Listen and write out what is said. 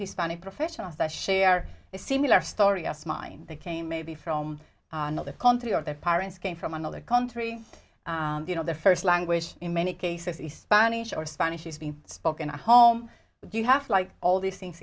hispanic professionals that share a similar story as mine they came maybe from another country or their parents came from another country you know their first language in many cases is spanish or spanish is being spoken at home but you have all these things